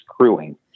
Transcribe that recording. crewing